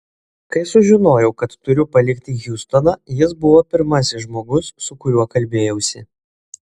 kai sužinojau kad turiu palikti hjustoną jis buvo pirmasis žmogus su kuriuo kalbėjausi